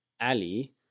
ali